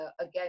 again